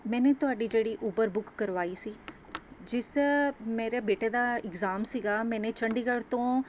ਮੈਨੇ ਤੁਹਾਡੀ ਜਿਹੜੀ ਉਬਰ ਬੁੱਕ ਕਰਵਾਈ ਸੀ ਜਿਸ ਮੇਰੇ ਬੇਟੇ ਦਾ ਇਗਜ਼ਾਮ ਸੀਗਾ ਮੈਨੇ ਚੰਡੀਗੜ੍ਹ ਤੋਂ